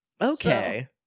Okay